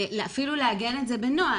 אפילו לעגן את זה בנוהל.